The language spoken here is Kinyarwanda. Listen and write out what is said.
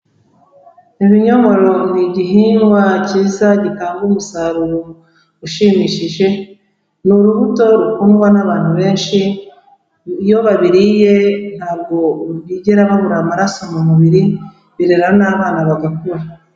Ibinyomoro ni igihingwa cyiza gitanga umusaruro ushimishije, ni urubuto rukundwa n'abantu benshi, iyo babiriye ntabwo bigera babura amaraso mu mubiri, birera n'abana bagakura.